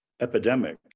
epidemic